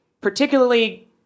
particularly